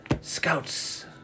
scouts